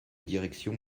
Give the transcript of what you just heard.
direction